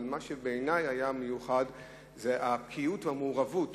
מה שבעיני היה מיוחד הוא הבקיאות והמעורבות